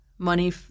Money